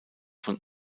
von